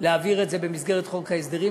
במסגרת חוק ההסדרים,